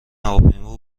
هواپیما